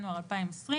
ולעניין העדכון הראשון